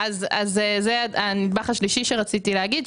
זה הנדבך השלישי שרציתי להגיד,